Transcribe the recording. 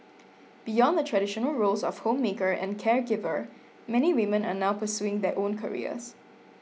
beyond the traditional roles of homemaker and caregiver many women are now pursuing their own careers